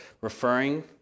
referring